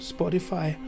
Spotify